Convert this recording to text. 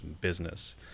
business